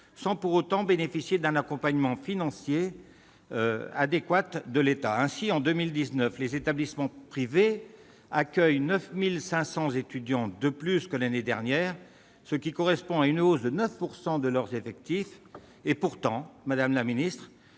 sans pour autant bénéficier d'un accompagnement financier adéquat de l'État. En 2019, les établissements privés ont accueilli 9 500 étudiants de plus que l'année dernière, ce qui correspond à une hausse de 9 % de leurs effectifs. Pourtant, tandis